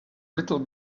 little